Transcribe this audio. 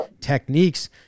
techniques